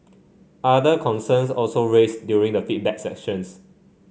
other concerns also raise during the feedback sessions